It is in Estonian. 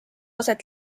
aset